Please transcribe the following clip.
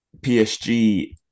PSG